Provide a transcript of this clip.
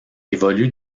évolue